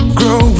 grow